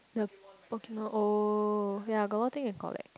the Pokemon oh ya got a lot thing I collect